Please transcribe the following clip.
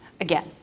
Again